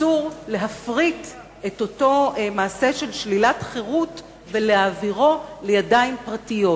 ואסור להפריט את אותו מעשה של שלילת חירות ולהעבירו לידיים פרטיות.